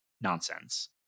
nonsense